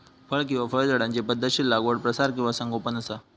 फळ किंवा फळझाडांची पध्दतशीर लागवड प्रसार किंवा संगोपन असा